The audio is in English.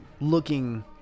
looking